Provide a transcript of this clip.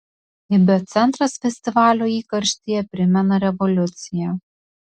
ibio centras festivalio įkarštyje primena revoliuciją